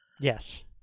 Yes